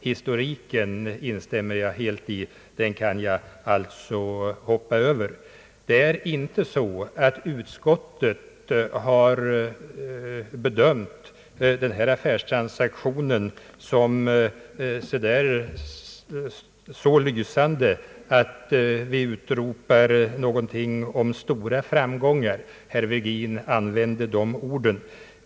Historiken där instämmer jag helt i och kan alltså hoppa över denna. Utskottet har inte bedömt denna affärstransaktion som så lysande att vi utropar något om stora framgångar. Det var herr Virgin som använde de orden.